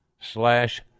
slash